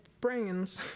brains